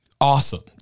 awesome